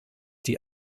die